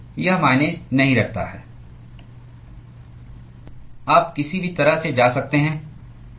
यह मायने नहीं रखता है आप किसी भी तरह से जा सकते हैं